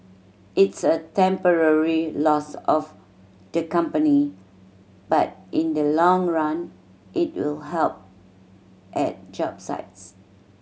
it's a temporary loss of the company but in the long run it will help at job sites